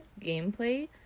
gameplay